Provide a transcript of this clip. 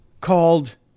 called